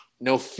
no